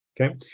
okay